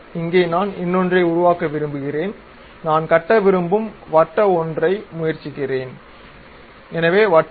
இங்கே நான் இன்னொன்றை உருவாக்க விரும்புகிறேன் நான் கட்ட விரும்பும் வட்ட ஒன்றை முயற்சிக்கிறேன் எனவே வட்டம்